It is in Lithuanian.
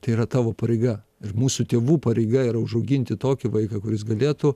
tai yra tavo pareiga ir mūsų tėvų pareiga yra užauginti tokį vaiką kuris galėtų